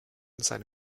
seine